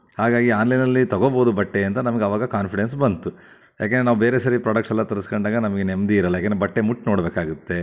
ಹಾಗಾಗಿ ಆನ್ಲೈನಲ್ಲಿ ತೊಗೊಬೋದು ಬಟ್ಟೆ ಅಂತ ನಮಗಾವಾಗ ಕಾನ್ಫಿಡೆನ್ಸ್ ಬಂತು ಯಾಕಂದರೆ ನಾವು ಬೇರೆ ಸರಿ ಪ್ರಾಡಕ್ಟ್ಸ್ ಎಲ್ಲ ತರಿಸಿಕೊಂಡಾಗ ನಮಗೆ ನೆಮ್ಮದಿ ಇರಲ್ಲ ಏನು ಬಟ್ಟೆ ಮುಟ್ಟಿ ನೋಡಬೇಕಾಗತ್ತೆ